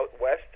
west